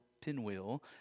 pinwheel